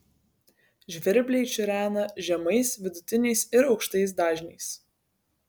žvirbliai čirena žemais vidutiniais ir aukštais dažniais